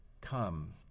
come